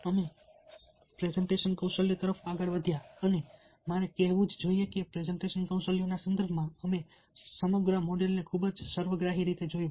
અમે પ્રેઝન્ટેશન કૌશલ્ય તરફ આગળ વધ્યા અને મારે કહેવું જ જોઇએ કે પ્રેઝન્ટેશન કૌશલ્યોના સંદર્ભમાં અમે સમગ્ર મોડલને ખૂબ જ સર્વગ્રાહી રીતે જોયુ